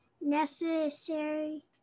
necessary